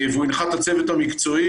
והוא הנחה את הצוות המקצועי.